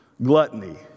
Gluttony